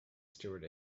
stuart